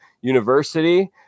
University